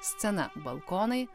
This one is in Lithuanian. scena balkonai